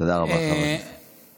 תודה רבה, חבר הכנסת טיבי.